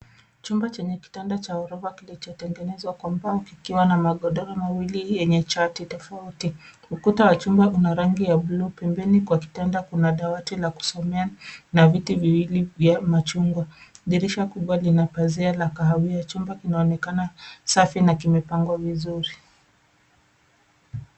Chumba chenye kitanda cha ghorofa kilichotengenezwa kwa mbao, kikiwa na magodoro mawili yenye chati tofauti. Ukuta wa chumba una rangi ya blue , pembeni kwa kitanda kuna dawati la kusomea, na viti viwili vya machungwa. Dirisha kubwa lina pazia la kahawia. Chumba kinaonekana safi, na kimepangwa vizuri.